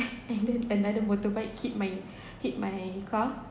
and then another motorbike hit my hit my car